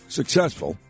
successful